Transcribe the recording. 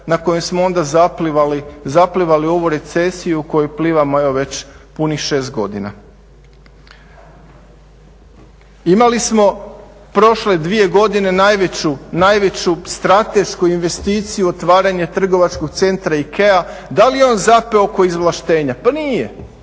na kojem smo onda zaplivali u ovu recesiju u kojoj plivamo evo već punih 6 godina. Imali smo prošle dvije godine najveću stratešku investiciju otvaranja trgovačkog centra IKEA. Da li je on zapeo oko izvlaštenja? Pa nije,